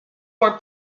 were